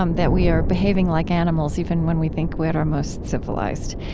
um that we are behaving like animals even when we think we're at our most civilized,